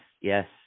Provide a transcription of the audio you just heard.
yes